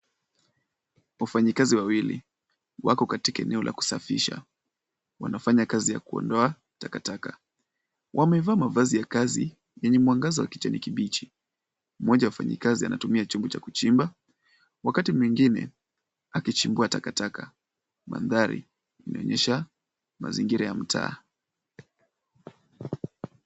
Wafanyikazi wawili wako katika eneo la kusafisha. Wanafanya kazi ya kuondoa takataka. Wamevaa mavazi ya kazi yenye mwangaza wa kijanikibichi. Mmoja wa wafanyi kazi anatumia chombo cha kuchimba. Wakati mwingine akichimbua takataka mandhari inaonyesha mazingira ya mtaa.